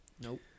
Nope